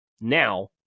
now